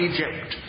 Egypt